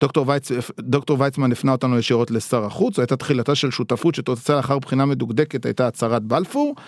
דוקטור ויצמן הפנה אותנו ישירות לשר החוץ, זו הייתה תחילתה של שותפות שתוצאה אחר בחינה מדוקדקת הייתה הצהרת בלפור.